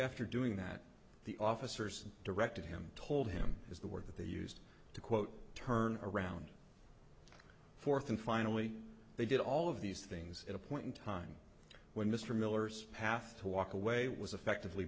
after doing that the officers and directed him told him is the word that they used to quote turn around fourth and finally they did all of these things at a point in time when mr miller's path to walk away was effectively